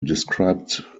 described